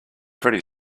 pretty